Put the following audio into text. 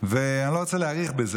ואני לא רוצה להאריך בזה,